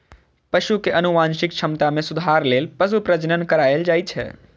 पशु के आनुवंशिक क्षमता मे सुधार लेल पशु प्रजनन कराएल जाइ छै